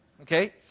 okay